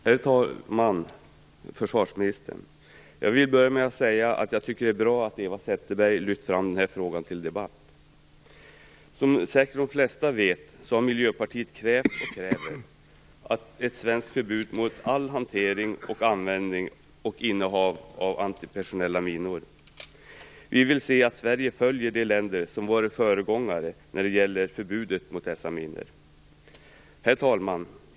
Herr talman! Försvarsministern! Jag vill börja med att säga att jag tycker det är bra att Eva Zetterberg lyft fram den här frågan till debatt. Som säkert de flesta vet har Miljöpartiet krävt, och kräver, ett svenskt förbud mot all hantering, användning och innehav av antipersonella minor. Vi vill se att Sverige följer de länder som varit föregångare när det gäller förbud mot dessa minor. Herr talman!